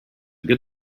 good